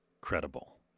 credible